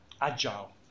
agile